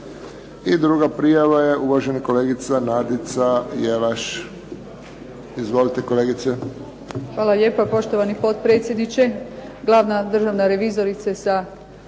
I druga prijava je uvažena kolegica Nadica Jelaš. Izvolite kolegice. **Jelaš, Nadica (SDP)** Hvala lijepa. Poštovani potpredsjedniče, glavna državna revizorice sa